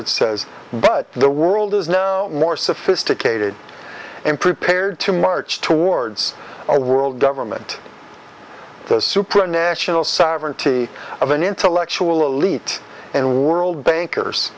it says but the world is now more sophisticated and prepared to march towards a world government the supranational sovereignty of an intellectual elite and world bankers